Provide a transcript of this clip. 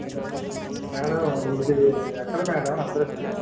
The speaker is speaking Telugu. మేడం ఇది ఎక్కడ మేడం అడ్రస్సు